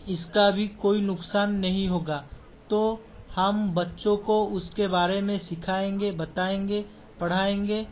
इसका भी कोई नुकसान नहीं होगा तो हम बच्चों को उसके बारे में सिखाएंगे बताएंगे पढ़ाएंगे